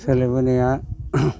सोलायबोनाया